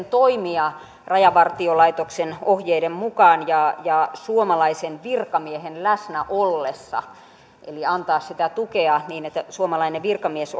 toimia rajavartiolaitoksen ohjeiden mukaan ja ja suomalaisen virkamiehen läsnä ollessa eli antaa sitä tukea niin että suomalainen virkamies